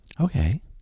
Okay